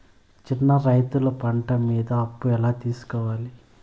చిన్న రైతులు పంట మీద అప్పు ఎలా తీసుకోవాలి?